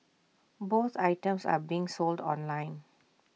both items are being sold online